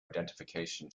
identification